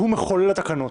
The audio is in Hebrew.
שהוא מחולל התקנות,